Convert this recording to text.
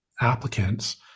applicants